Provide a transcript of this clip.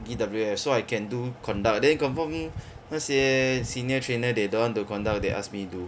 B_W_F so I can do conduct then confirm 那些 senior trainer they don't want to conduct they ask me do